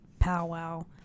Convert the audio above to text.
powwow